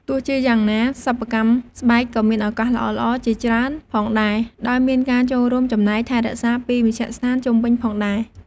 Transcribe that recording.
ទោះជាយ៉ាងណា សិប្បកម្មស្បែកក៏មានឱកាសល្អៗជាច្រើនផងដែរ ដោយមានការចូលរួមចំណែកថែរក្សាពីមជ្ឃដ្ឋានជុំវិញផងដែរ។